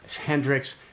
Hendrix